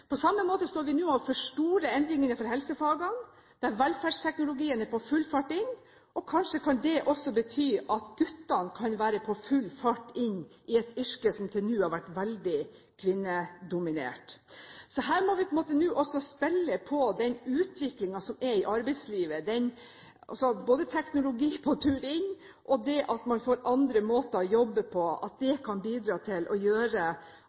På samme måte står vi nå overfor store endringer innenfor helsefagene, der velferdsteknologien er på full fart inn. Kanskje kan det også bety at guttene kan være på full fart inn i et yrke som til nå har vært veldig kvinnedominert. Her må vi nå på en måte også spille på den utviklingen som er i arbeidslivet, både teknologi, som er på tur inn, og det at man får andre måter å jobbe på, slik at det kan bidra til å gjøre